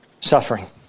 suffering